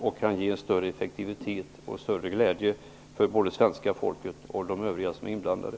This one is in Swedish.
Det kan ge en större effektivitet och en större glädje för det svenska folket och för övriga inblandade.